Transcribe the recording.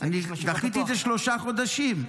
--- אני דחיתי את זה שלושה חודשים.